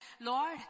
Lord